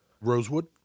Rosewood